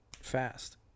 fast